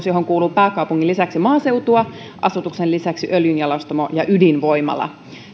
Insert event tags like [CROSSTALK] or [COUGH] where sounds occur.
[UNINTELLIGIBLE] johon kuuluu pääkaupungin lisäksi maaseutua asutuksen lisäksi öljynjalostamo ja ydinvoimala